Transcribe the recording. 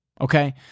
okay